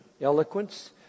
eloquence